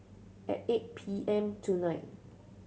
at eight P M tonight